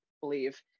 believe